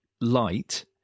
light